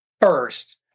first